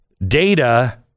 Data